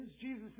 Jesus